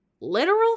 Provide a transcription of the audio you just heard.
literal